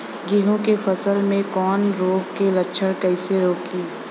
गेहूं के फसल में कवक रोग के लक्षण कईसे रोकी?